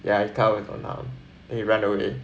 ya he cut off with one arm then he run away